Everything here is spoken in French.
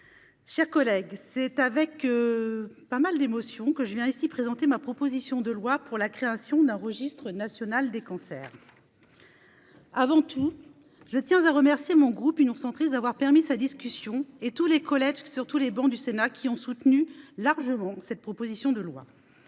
chers collègues, c'est avec beaucoup d'émotion que je viens ici présenter ma proposition de loi pour la création d'un registre national des cancers. Avant tout, je tiens à remercier mon groupe, l'Union Centriste, d'avoir permis sa discussion, ainsi que tous mes collègues, sur toutes les travées du Sénat, qui ont largement soutenu ce texte.